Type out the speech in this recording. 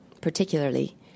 particularly